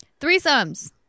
Threesomes